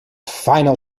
final